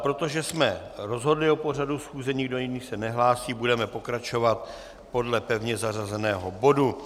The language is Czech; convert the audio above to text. Protože jsme rozhodli o pořadu schůze, nikdo jiný se nehlásí, budeme pokračovat podle pevně zařazeného bodu.